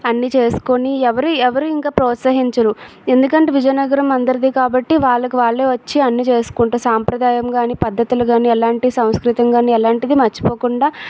అన్నీ చేసుకొని ఎవరు ఎవరు ఇంకా ప్రోత్సహించరు ఎందుకంటే విజయనగరం అందరిది కాబట్టి వాళ్ళకు వాళ్ళే వచ్చి అన్నీ చేసుకుంటే సాంప్రదాయం కానీ పద్ధతులు కానీ అలాంటి సంస్కృతిని కానీ అలాంటివి మర్చిపోకుండా